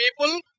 people